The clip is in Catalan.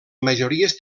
majories